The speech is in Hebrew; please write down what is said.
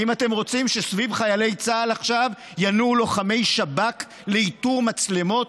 האם אתם רוצים שסביב חיילי צה"ל עכשיו ינועו לוחמי שב"כ לאיתור מצלמות?